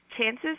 chances